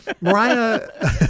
Mariah